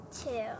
two